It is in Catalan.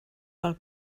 pel